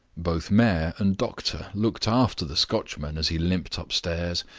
both mayor and doctor looked after the scotchman as he limped upstairs,